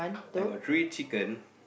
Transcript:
I got three chicken